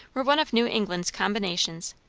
were one of new england's combinations,